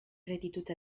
gratitud